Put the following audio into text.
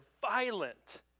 violent